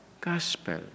gospel